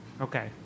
Okay